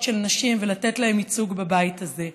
של נשים ולתת להן ייצוג בבית הזה.